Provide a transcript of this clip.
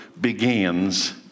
begins